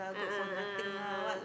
a'ah a'ah a'ah a'ah a'ah